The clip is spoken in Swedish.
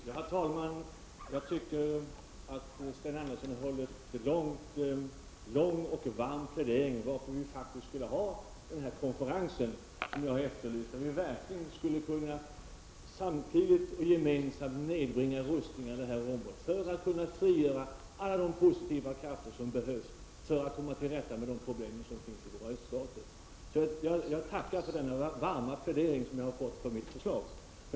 Herr talman! Jag tyckte Sten Andersson höll en lång och varm plädering för att hålla den konferens som jag har efterlyst, där vi verkligen skulle kunna samtidigt och gemensamt nedbringa rustningarna i området för att kunna frigöra alla de positiva krafter som behövs för att komma till rätta med de problem som finns i öststaterna. Jag tackar för denna varma plädering för mitt förslag.